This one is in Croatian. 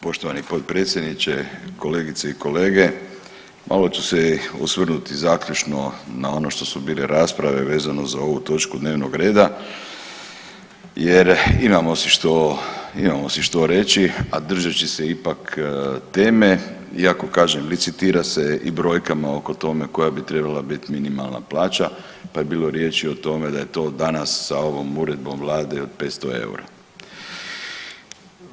Poštovani potpredsjedniče, kolegice i kolege malo ću se osvrnuti zaključno na ono što su bile rasprave vezano za ovu točku dnevnog reda jer imamo si, imamo si što reći, a držeći se ipak teme iako kažem licitira se i brojkama oko tome koja bi trebala biti minimalna plaća pa je bilo riječi o tome da je to danas sa ovom uredbom vlade od 500 EUR-a.